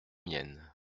mienne